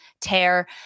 tear